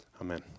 Amen